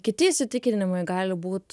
kiti įsitikinimai gali būt